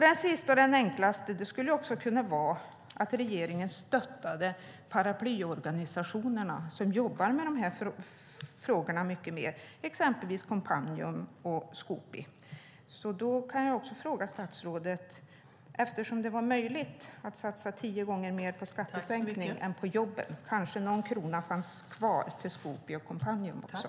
Det sista och enklaste skulle också kunna vara att regeringen stöttade de paraplyorganisationer som jobbar med de här frågorna, exempelvis Coompanion och Skoopi. När det nu var möjligt att satsa tio gånger mer på skattesänkning än på jobb kanske statsrådet kan tala om ifall det finns någon krona kvar till Skoopi och Coompanion också?